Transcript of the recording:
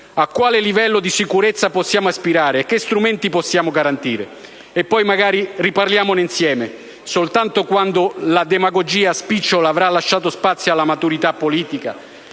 a quale livello di sicurezza possiamo aspirare e a che strumenti possiamo garantire e poi magari riparliamone insieme, soltanto quando la demagogia spicciola avrà lasciato spazio alla maturità politica.